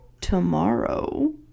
tomorrow